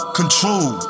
control